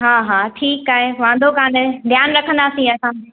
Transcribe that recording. हा हा ठीकु आहे वांदो कोन्हे ध्यानु रखंदासीं असां